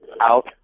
out